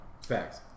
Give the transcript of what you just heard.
Facts